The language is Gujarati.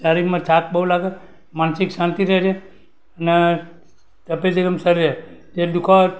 શારીરમાં થાક બહુ લાગે માનસિક શાંતિ રહે છે ને જે દુખાઓ